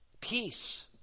peace